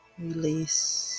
Release